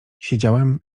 siedziałem